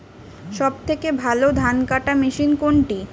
সবথেকে ভালো ধানকাটা মেশিন কোনটি?